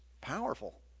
powerful